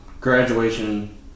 Graduation